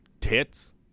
tits